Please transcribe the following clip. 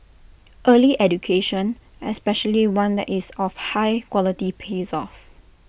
early education especially one that is of high quality pays off